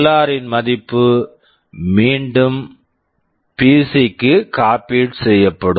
R LR ன் மதிப்பு மீண்டும் பிசி PC க்கு காப்பீட் copied செய்யப்படும்